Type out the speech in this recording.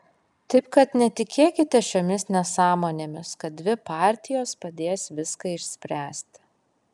taip kad netikėkite šiomis nesąmonėmis kad dvi partijos padės viską išspręsti